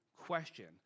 question